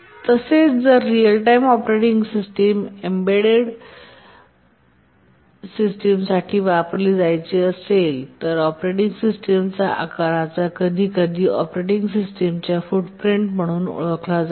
तसेच जर real time operating system embedded system साठी वापरली जायची असेल तर ऑपरेटिंग सिस्टमचा आकार कधीकधी ऑपरेटिंग सिस्टमच्या फूटप्रिंट म्हणून ओळखला जातो